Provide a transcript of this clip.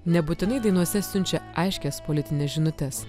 nebūtinai dainose siunčia aiškias politines žinutes